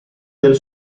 del